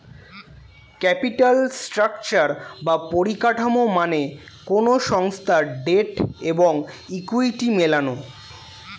capital structure বা পরিকাঠামো মানে কোনো সংস্থার ডেট এবং ইকুইটি মেলানো